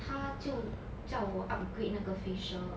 她就叫我 upgrade 那个 facial